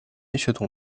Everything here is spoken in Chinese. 血统